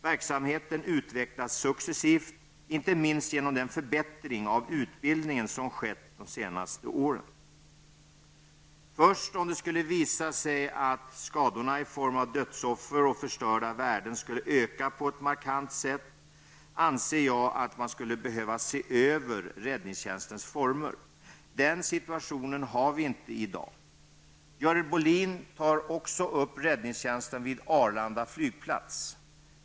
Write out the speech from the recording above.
Verksamheten utvecklas successivt, inte minst genom den förbättring av utbildningen som skett de senaste åren. Först om det skulle visa sig att skadorna i form av dödsoffer och förstörda värden skulle öka på ett markant sätt, anser jag att man skulle behöva se över räddningstjänstens former. Den situationen har vi inte i dag. Görel Bohlin tar också upp räddningstjänsten vid Arlanda flygplats.